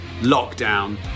lockdown